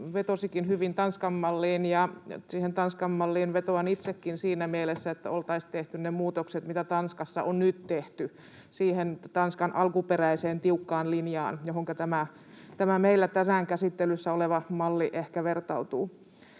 vetosikin hyvin Tanskan malliin, ja siihen Tanskan malliin vetoan itsekin siinä mielessä, että oltaisiin tehty ne muutokset, mitä Tanskassa on nyt tehty, siihen Tanskan alkuperäiseen tiukkaan linjaan, johonka tämä meillä tänään käsittelyssä oleva malli ehkä vertautuu.